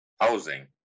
housing